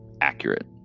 accurate